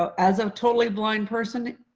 ah as a totally blind person,